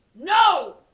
NO